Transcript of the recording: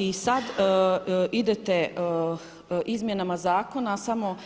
I sad idete izmjenama zakona samo